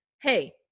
hey